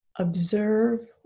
Observe